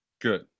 good